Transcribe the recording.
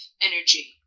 energy